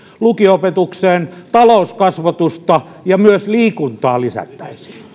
lukio opetukseen talouskasvatusta ja että myös liikuntaa lisättäisiin